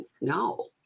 no